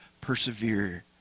persevere